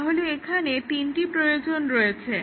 তাহলে এখানে তিনটি প্রয়োজন রয়েছে